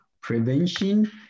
prevention